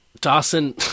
Dawson